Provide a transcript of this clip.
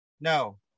no